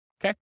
Okay